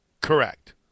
Correct